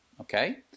okay